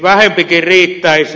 vähempikin riittäisi